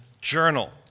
Journal